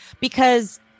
because-